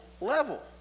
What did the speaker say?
level